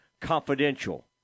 confidential